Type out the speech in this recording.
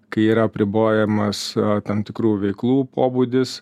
kai yra apribojamas tam tikrų veiklų pobūdis